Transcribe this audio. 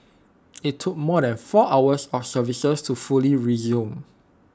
IT took more than four hours or services to fully resume